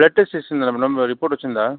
blood test చేసినారు madam report వచ్చిందా